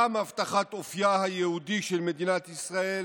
גם הבטחת אופייה היהודי של מדינת ישראל